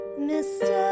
Mr